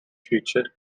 future